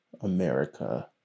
America